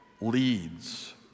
leads